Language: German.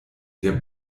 der